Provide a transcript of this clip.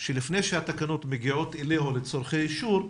שלפני שהתקנות מגיעות אליה לצרכי אישור,